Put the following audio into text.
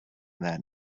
that